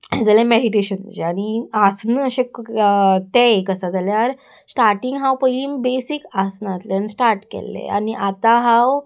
हें जालें मॅडिटेशनाचें आनी आसनां अशें तें एक आसा जाल्यार स्टार्टींग हांव पयलीं बेसीक आसनांतल्यान स्टार्ट केल्लें आनी आतां हांव